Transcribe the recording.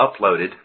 uploaded